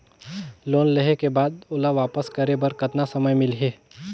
Loan लेहे के बाद ओला वापस करे बर कतना समय मिलही?